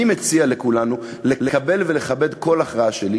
אני מציע לכולנו לקבל ולכבד כל הכרעה שהיא,